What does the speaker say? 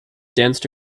danced